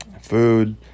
food